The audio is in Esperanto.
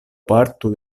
parto